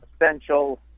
essential